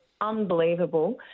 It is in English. unbelievable